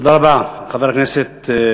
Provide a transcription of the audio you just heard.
תודה רבה, חבר הכנסת זחאלקה.